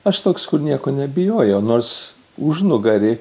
aš toks kur nieko nebijojo nors užnugary